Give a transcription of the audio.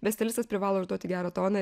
bet stilistas privalo užduoti gerą toną